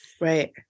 Right